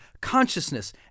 consciousness